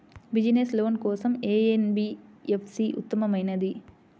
Business loan కోసం ఏ NBFC ఉత్తమమైనది?